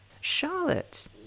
Charlotte